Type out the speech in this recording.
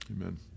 amen